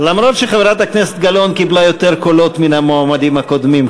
למרות שחברת הכנסת גלאון קיבלה יותר קולות מן המועמדים הקודמים,